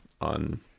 on